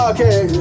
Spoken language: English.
Okay